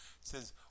says